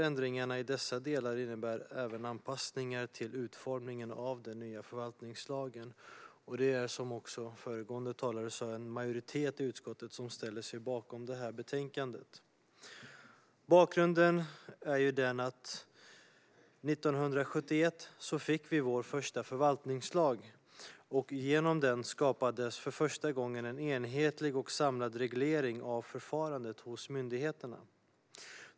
Ändringarna i dessa delar innebär även anpassningar till utformningen av den nya förvaltningslagen. Det är, som också föregående talare sa, en majoritet i utskottet som ställer sig bakom betänkandet. Bakgrunden är att vi 1971 fick vår första förvaltningslag. Genom den skapades för första gången en enhetlig och samlad reglering av förfarandet hos myndigheterna.